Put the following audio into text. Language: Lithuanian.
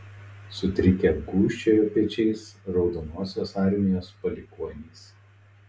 sutrikę gūžčiojo pečiais raudonosios armijos palikuonys